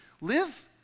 live